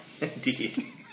Indeed